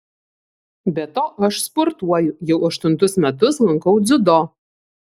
be to aš sportuoju jau aštuntus metus lankau dziudo